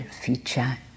feature